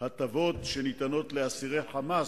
הטבות שניתנות לאסירי "חמאס",